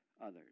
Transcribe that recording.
others